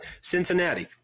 Cincinnati